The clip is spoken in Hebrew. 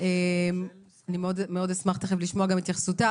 אני מאוד אשמח לשמוע את התייחסותה.